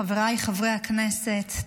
חבריי חברי הכנסת,